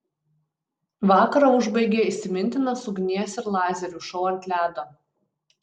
vakarą užbaigė įsimintinas ugnies ir lazerių šou ant ledo